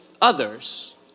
others